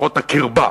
שיחות הקרבה,